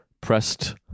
pressed